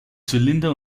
zylinder